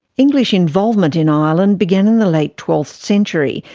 english involvement in ireland began in the late twelfth century,